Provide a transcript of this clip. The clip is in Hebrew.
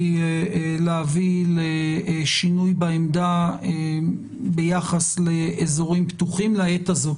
להביא לשינוי בעמדה ביחס לאזורים פתוחים לעת הזו.